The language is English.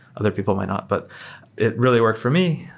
other people might not, but it really worked for me.